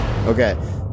Okay